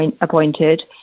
appointed